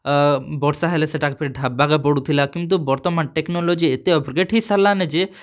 ବର୍ଷା ହେଲେ ସେଟା'କେ ଫେର୍ ଢ଼ାପ୍ବାର୍କେ ପଡ଼ୁଥିଲା କିନ୍ତୁ ବର୍ତ୍ତମାନ୍ ଟେକ୍ନୋଲୋଜି ଏତେ ଅପଗ୍ରେଡ଼୍ ହେଇ ସାର୍ଲା ନି ଯେ